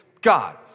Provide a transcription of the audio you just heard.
God